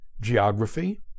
geography